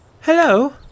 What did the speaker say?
Hello